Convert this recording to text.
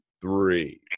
three